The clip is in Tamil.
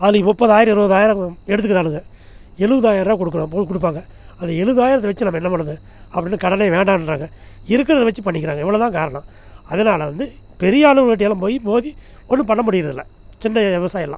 அதுலையும் முப்பதாயிரம் இருபதாயிரம் எடுத்துக்கிறானுங்க எழுபதாயரரூவா கொடுக்கற போல் கொடுப்பாங்க அந்த எழுவதாயிரத்தை வெச்சு நம்ப என்ன பண்றது அப்படின்னு கடனே வேண்டாம்றாங்க இருக்கறதை வெச்சு பண்ணிக்கிறாங்க இவ்வளோ தான் காரணம் அதனால் வந்து பெரிய ஆளுங்கக்கிட்டயெல்லாம் போய் மோதி ஒன்றும் பண்ண முடியறதில்ல சின்ன விவசாயம் எல்லாம்